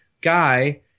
guy